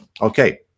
Okay